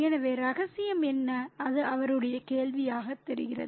எனவே ரகசியம் என்ன அது அவருடைய கேள்வியாகத் தெரிகிறது